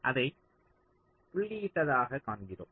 அதை புள்ளியிட்டதாகக் காண்கிறோம்